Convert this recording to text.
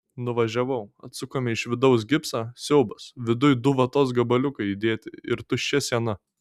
nuvažiavau atsukome iš vidaus gipsą siaubas viduj du vatos gabaliukai įdėti ir tuščia siena